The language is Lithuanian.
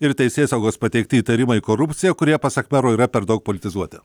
ir teisėsaugos pateikti įtarimai korupcija kurie pasak mero yra per daug politizuoti